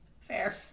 Fair